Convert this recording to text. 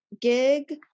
gig